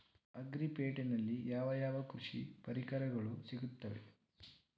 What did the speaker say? Agri ಪೇಟೆನಲ್ಲಿ ಯಾವ ಯಾವ ಕೃಷಿ ಪರಿಕರಗಳು ಸಿಗುತ್ತವೆ?